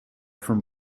from